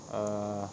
err